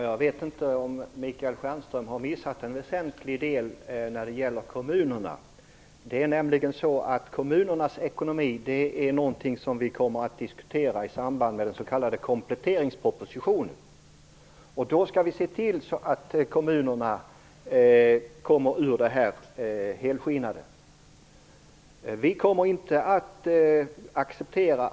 Fru talman! Michael Stjernström har kanske missat en väsentlig del när det gäller kommunerna. Kommunernas ekonomi skall vi nämligen diskutera i samband med den s.k. kompletteringspropositionen. Då skall vi se till att kommunerna helskinnade kommer ur det här.